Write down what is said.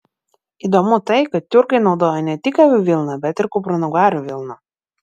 įdomu tai kad tiurkai naudojo ne tik avių vilną bet ir kupranugarių vilną